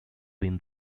win